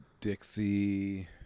Dixie